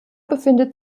befindet